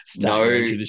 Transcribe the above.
no